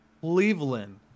Cleveland